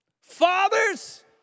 fathers